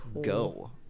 go